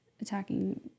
attacking